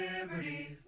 Liberty